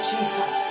Jesus